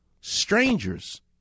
Strangers